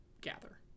gather